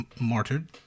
martyred